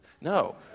no